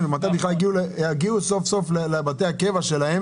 למי הולכים המענקים האלה?